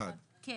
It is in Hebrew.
בנפרד?